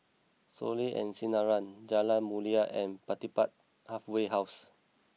Soleil and Sinaran Jalan Mulia and Pertapis Halfway House